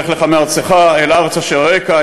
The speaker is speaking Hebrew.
לך לך מארצך אל הארץ אשר אראך,